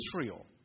Israel